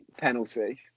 penalty